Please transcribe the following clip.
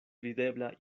videbla